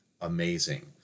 Amazing